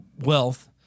wealth